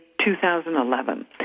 2011